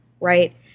right